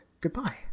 goodbye